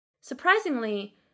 Surprisingly